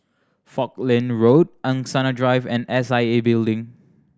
Falkland Road Angsana Drive and S I A Building